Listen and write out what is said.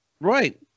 Right